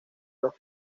los